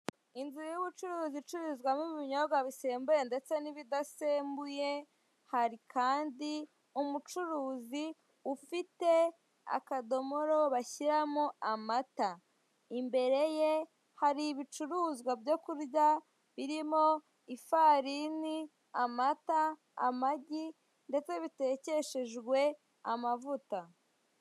Inzu y'ubucuruzi icururizwamo ibinyobwa bisembuye ndetse n'ibidasembuye, hari kandi umucuruzi ufite akadomoro bashyiramo amata. Imbere ye hari ibicuruzwa byo kurya birimo: ifarini, amata, amagi ndetse bitekeshejwe amavuta.